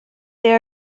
there